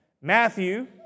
Matthew